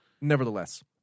Nevertheless